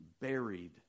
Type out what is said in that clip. buried